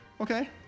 Okay